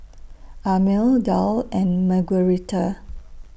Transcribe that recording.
Amil Dale and Margueritta